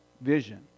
vision